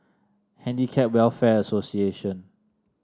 Handicap Welfare Association